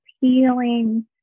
healing